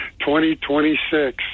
2026